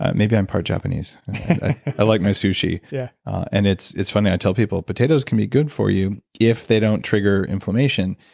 maybe i'm part japanese. i like my sushi. yeah and it's it's funny i tell people, potatoes can be good for you if they don't trigger inflammation,